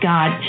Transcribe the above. God